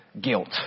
guilt